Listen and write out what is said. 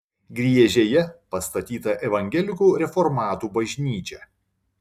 griežėje pastatyta evangelikų reformatų bažnyčia